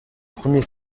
premier